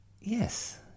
yes